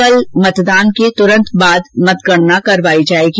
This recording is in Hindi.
कल मतदान के तुरंत बाद ही मतगणना करवाई जाएगी